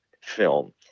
film